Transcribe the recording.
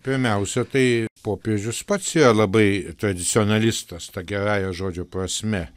pirmiausia tai popiežius pats nelabai tradicionalistus ta gerąja žodžio prasme